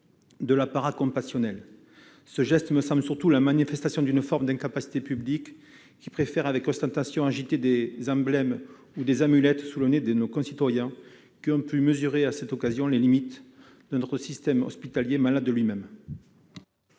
de l'apparat compassionnel. Il me semble être surtout la manifestation d'une forme d'incapacité publique : on préfère agiter avec ostentation des emblèmes ou des amulettes sous le nez de nos concitoyens, qui ont pu mesurer à cette occasion les limites de notre système hospitalier, malade de lui-même.